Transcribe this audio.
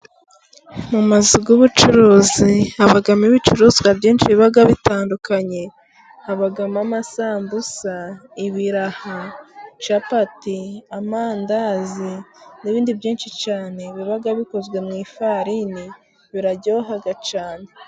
Mu mazu y'ubucuruzi habamo ibicuruzwa byinshi biba bitandukanye, habamo amasambusa, ibiraha, capati, amandazi n'ibindi byinshi cyane, biba bikozwe mu ifarini biraryoha cyane.